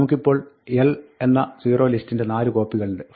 നമുക്കിപ്പോൾ l എന്ന zerolist ന്റെ 4 കോപ്പികളുണ്ട്